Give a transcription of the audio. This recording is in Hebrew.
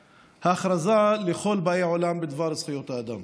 ההכרזה לכל באי עולם בדבר זכויות האדם.